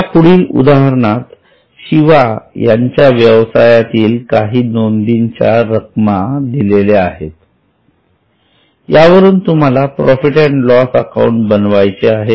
या पुढील उदाहरणात शिवा यांच्या व्यवसायातील काही नोंदीच्या रक्कम दिल्या आहेत यावरून तूम्हाला प्रॉफिट अँड लॉस अकाउंट बनवायचे आहे